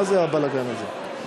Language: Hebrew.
מה זה הבלגן הזה?